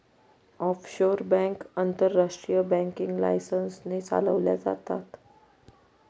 offshore bank आंतरराष्ट्रीय banking licence ने चालवल्या जातात